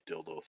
Dildo